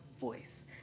voice